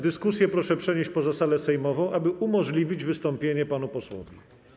Dyskusje proszę przenieść poza salę sejmową, aby umożliwić wystąpienie panu posłowi.